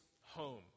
home